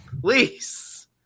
please